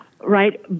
Right